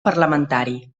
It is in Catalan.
parlamentari